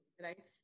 right